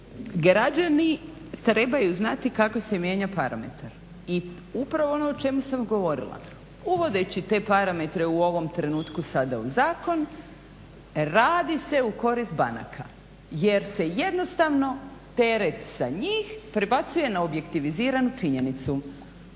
Građani trebaju znati kako se mijenja parametar i upravo ono o čemu sam govorila. Uvodeći te parametre u ovom trenutku sada u zakon radi se u korist banaka jer se jednostavno teret sa njih prebacuje na objektiviziranu činjenicu.